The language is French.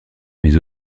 mais